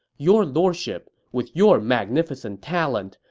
your lordship, with your magnificent talent,